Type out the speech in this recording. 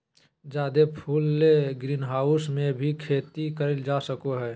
जादे फूल ले ग्रीनहाऊस मे भी खेती करल जा सको हय